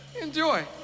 Enjoy